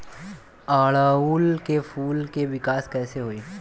ओड़ुउल के फूल के विकास कैसे होई?